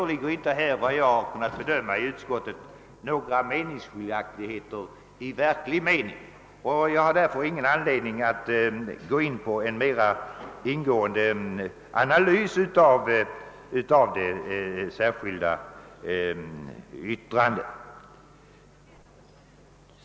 Enligt vad jag kan bedöma föreligger det inte några meningsskiljaktigheter i verklig bemärkelse inom utskottet, och jag har därför ingen anledning att göra någon mera ingående analys av det särskilda yttrandet.